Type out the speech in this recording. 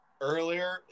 earlier